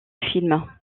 film